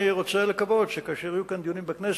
אני רוצה לקוות שכאשר יהיו דיונים כאן בכנסת,